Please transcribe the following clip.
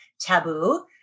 taboo